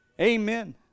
Amen